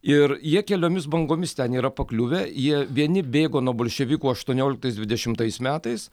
ir jie keliomis bangomis ten yra pakliuvę jie vieni bėgo nuo bolševikų aštuonioliktais dvidešimtais metais